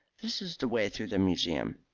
this is the way through the museum.